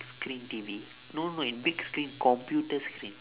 screen T_V no no in big screen computer screen